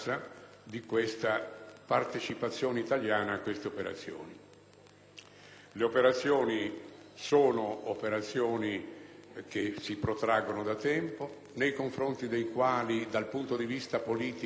partecipazione ad operazioni che si protraggono da tempo, nei confronti delle quali dal punto di vista politico l'autorizzazione iniziale ha già visto interessato il Parlamento,